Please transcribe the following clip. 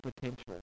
potential